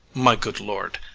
my good lord,